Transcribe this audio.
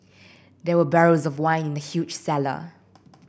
there were barrels of wine in the huge cellar